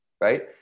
right